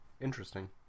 Interesting